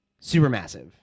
Supermassive